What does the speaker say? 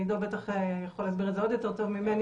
עידו בטח יכול להסביר את זה עוד יותר טוב ממני,